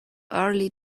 early